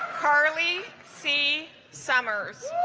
carly c summers